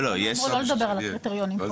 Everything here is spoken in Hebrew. בואו לא נדבר על הקריטריונים פה,